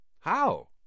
How